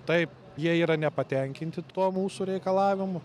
taip jie yra nepatenkinti tuo mūsų reikalavimu